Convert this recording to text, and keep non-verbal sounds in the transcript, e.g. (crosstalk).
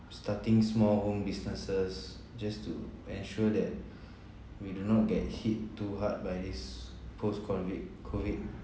starting small home businesses just to ensure that (breath) we do not get hit too hard by this post COVID COVID